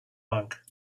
monk